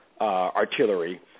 artillery